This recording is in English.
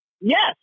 Yes